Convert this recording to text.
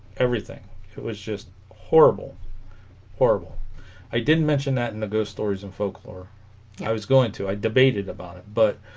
everything it was just horrible horrible i didn't mention that in the ghost story and folklore i was going to i debated about it but